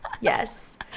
yes